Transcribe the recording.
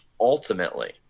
ultimately